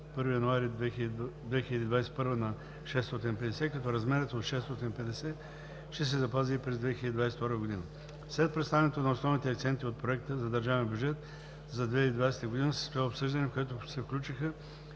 1 януари 2021 г. на 650 лв., като размерът от 650 лв. ще се запази и през 2022 г. След представянето на основните акценти от проекта за държавен бюджет за 2020 г. се състоя обсъждане, в което се включиха